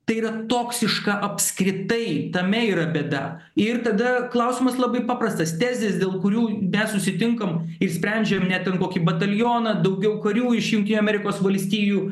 tai yra toksiška apskritai tame yra bėda ir tada klausimas labai paprastas tezės dėl kurių mes susitinkam ir sprendžiam ne ten kokį batalioną daugiau karių iš junti amerikos valstijų